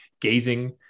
gazing